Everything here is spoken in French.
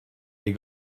est